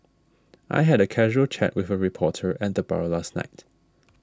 I had a casual chat with a reporter at the bar last night